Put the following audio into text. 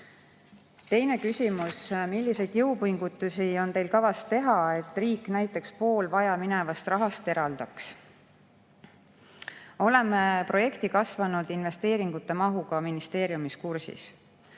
Teine küsimus: "Milliseid jõupingutusi on Teil kavas teha, et riik näiteks pool vajaminevast rahast eraldaks?" Oleme projekti kasvanud investeeringute mahuga ministeeriumis kursis.